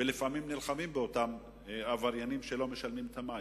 ולפעמים נלחמים באותם עבריינים שלא משלמים את חשבונות המים.